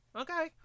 Okay